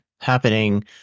happening